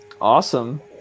Awesome